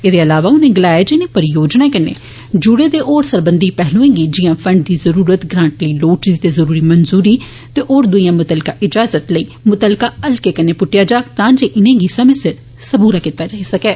एदे इलावा उनें गलाया जे इनें परियोजनाएं कन्नै जुड़े दे होर सरबंधी पैहलुएं गी जियां फंड दी जरुरत ग्रांट लेई लोड़चदी ते जरुरी मंजूरी ते होर दूइ मुतलका इजाजत लेई मुतलका हल्कें कन्नै पुट्टेया जाग तां जे इनेंगी समे सिर सबूरा कीता जाई सकै